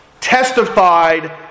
testified